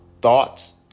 thoughts